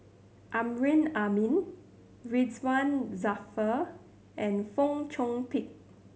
Amrin Amin Ridzwan Dzafir and Fong Chong Pik